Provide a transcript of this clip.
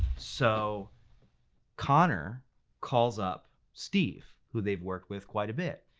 so connor calls up steve, who they've worked with quite a bit.